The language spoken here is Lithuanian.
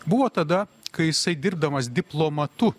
buvo tada kai jisai dirbdamas diplomatu